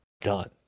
done